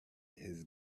his